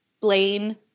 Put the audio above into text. blaine